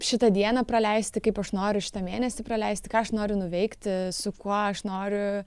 šitą dieną praleisti kaip aš noriu šitą mėnesį praleisti ką aš noriu nuveikti su kuo aš noriu